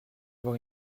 avoir